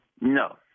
No